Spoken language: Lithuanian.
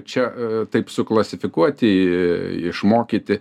čia taip suklasifikuoti išmokyti